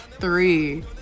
three